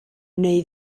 neu